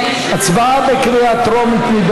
הצבעה בקריאה טרומית.